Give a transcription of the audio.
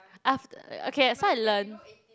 after~ okay so I learn